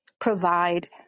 provide